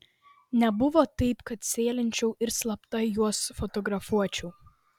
nebuvo taip kad sėlinčiau ir slapta juos fotografuočiau